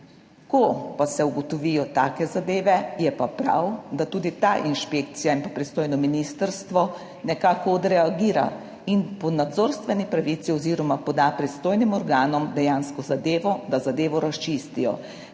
ko pa se ugotovijo take zadeve, je pa prav, da tudi ta inšpekcija in pa pristojno ministrstvo nekako odreagira in po nadzorstveni pravici oziroma poda pristojnim organom dejansko zadevo, da zadevo razčistijo,